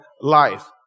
life